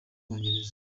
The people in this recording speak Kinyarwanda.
bwongereza